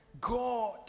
God